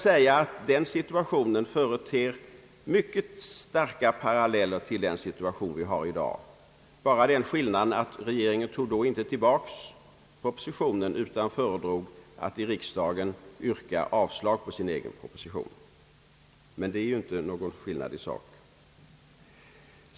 Den si-- tuationen företer mycket starka paralleller till dagens situation — bara med den skillnaden att regeringen då inte tog tillbaka sin proposition utan föredrog att i riksdagen yrka avslag på den. Men det är ju ingen skillnad i sak.